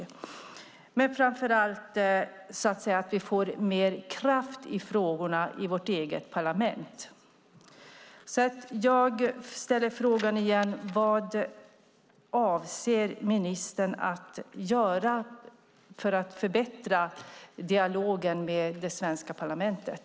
Men framför allt gäller det att vi får mer kraft i frågorna i vårt eget parlament. Jag ställer frågan igen: Vad avser ministern att göra för att förbättra dialogen med det svenska parlamentet?